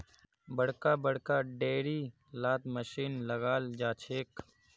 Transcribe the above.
बड़का बड़का डेयरी लात मशीन लगाल जाछेक